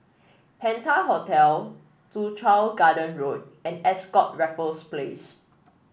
Penta Hotel Soo Chow Garden Road and Ascott Raffles Place